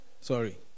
sorry